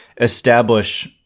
establish